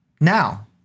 Now